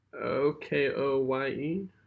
O-K-O-Y-E